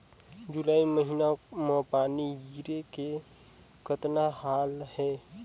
जुलाई महीना म पानी गिरे के कतना हाल हे?